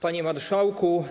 Panie Marszałku!